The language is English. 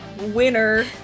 winner